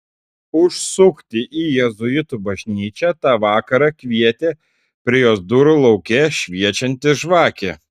užsukti į jėzuitų bažnyčią tą vakarą kvietė prie jos durų lauke šviečianti žvakė